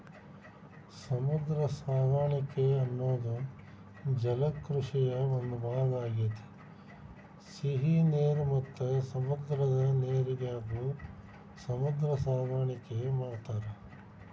ಸಮುದ್ರ ಸಾಕಾಣಿಕೆ ಅನ್ನೋದು ಜಲಕೃಷಿಯ ಒಂದ್ ಭಾಗ ಆಗೇತಿ, ಸಿಹಿ ನೇರ ಮತ್ತ ಸಮುದ್ರದ ನೇರಿನ್ಯಾಗು ಸಮುದ್ರ ಸಾಕಾಣಿಕೆ ಮಾಡ್ತಾರ